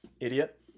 Idiot